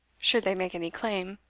should they make any claim.